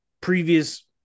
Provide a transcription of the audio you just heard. previous